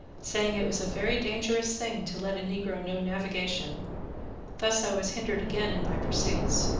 saying it was a very dangerous thing to let a negro know navigation thus i was hindered again in my pursuits.